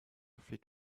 fit